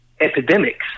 epidemics